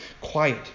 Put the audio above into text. Quiet